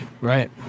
Right